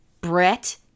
Brett